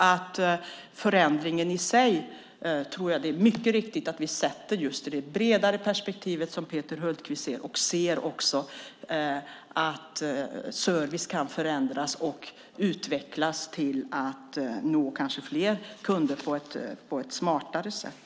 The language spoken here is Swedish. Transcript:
Det är mycket viktigt att vi sätter in förändringen i sig i det bredare perspektivet, som Peter Hultqvist nämner, och ser att service kan förändras och utvecklas till att nå kanske fler kunder på ett smartare sätt.